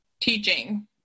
teaching